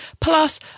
plus